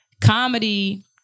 comedy